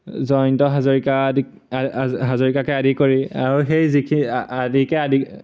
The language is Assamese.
জয়ন্ত হাজৰিকা আদি হাজৰিকাকে আদি কৰি আৰু সেই যিখিনি আদিকে আদি